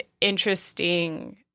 interesting